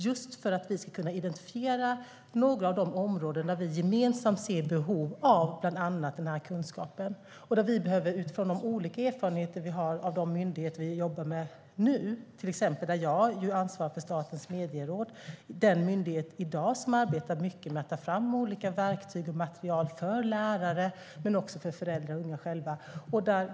Detta är för att vi ska kunna identifiera några av de områden där vi gemensamt ser behov av den kunskapen, bland annat med utgångspunkt i erfarenheter från de olika myndigheter vi jobbar med nu. Till exempel ansvarar jag för Statens medieråd, den myndighet som i dag arbetar mycket med att ta fram olika verktyg och material för lärare, föräldrar och unga.